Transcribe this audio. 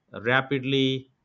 rapidly